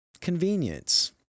convenience